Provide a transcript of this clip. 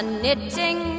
knitting